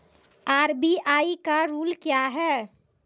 RBI का rule क्या हैं?